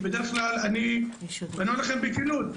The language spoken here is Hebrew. כי בדרך כלל אני אומר לכם בכנות,